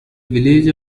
village